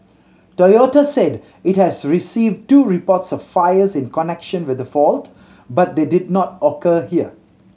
Toyota said it has received two reports of fires in connection with the fault but they did not occur here